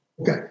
Okay